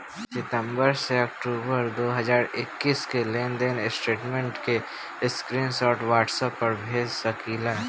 सितंबर से अक्टूबर दो हज़ार इक्कीस के लेनदेन स्टेटमेंट के स्क्रीनशाट व्हाट्सएप पर भेज सकीला?